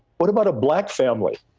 what about a black family.